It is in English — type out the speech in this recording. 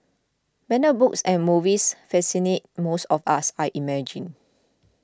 banned books and movies fascinate most of us I imagine